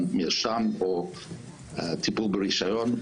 מרשם, או טיפול ברישיון.